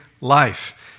life